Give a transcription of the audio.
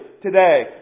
today